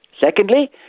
Secondly